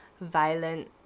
violent